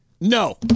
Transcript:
No